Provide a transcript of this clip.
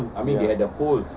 ya